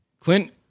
Clint